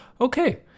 okay